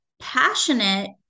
passionate